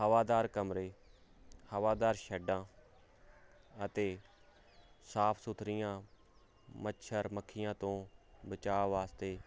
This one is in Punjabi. ਹਵਾਦਾਰ ਕਮਰੇ ਹਵਾਦਾਰ ਸ਼ੈਡਾਂ ਅਤੇ ਸਾਫ ਸੁਥਰੀਆਂ ਮੱਛਰ ਮੱਖੀਆਂ ਤੋਂ ਬਚਾਅ ਵਾਸਤੇ